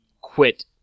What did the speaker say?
quit